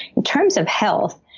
in terms of health,